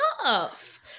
enough